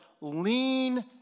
lean